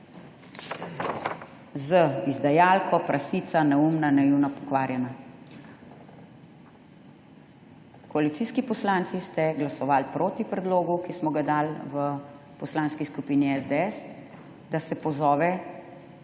z »izdajalka, prasica neumna, naivna, pokvarjena«. Koalicijski poslanci ste glasovali proti predlogu, ki smo ga dali v Poslanski skupini SDS, da se pozove